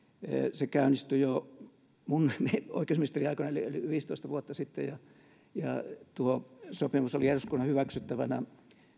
se käynnistyi jo minun oikeusministeriaikanani eli viisitoista vuotta sitten ja tuo sopimus oli eduskunnan hyväksyttävänä